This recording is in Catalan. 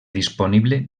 disponible